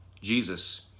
Jesus